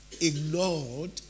ignored